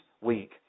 week